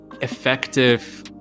effective